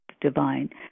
Divine